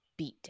beatdown